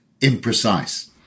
imprecise